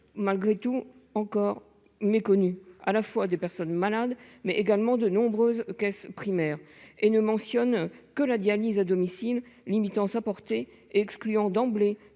malgré tout encore méconnu à la fois des personnes malades, mais également de nombreuses caisses primaires et ne mentionne que la dialyse à domicile, limitant sa portée et excluant d'emblée